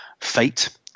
fate